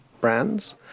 brands